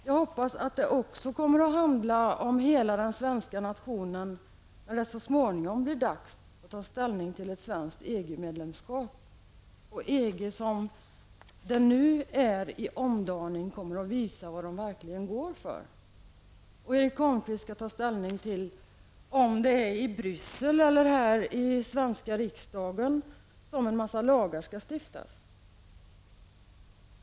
Jag hoppas att det kommer att handla om hela den svenska nationen även när det så småningom blir dags att ta ställning till ett svenskt EG-medlemskap, då EG, som nu är i omdaning, kommer att visa vad det går för. Då får Erik Holmkvist ta ställning till om det är i Bryssel eller här i den svenska riksdagen som en mängd lagar skall stiftas.